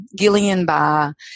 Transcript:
Gillian-Barr